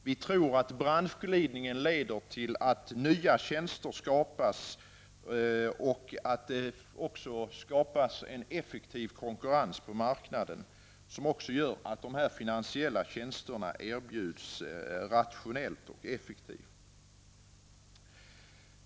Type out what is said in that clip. Vi tror att branschglidningen leder till att nya tjänster skapas och att en effektiv konkurrens uppstår på marknaden, vilket också innebär att de finansiella tjänsterna erbjuds rationellt och effektivt.